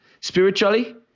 spiritually